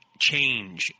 Change